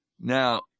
Now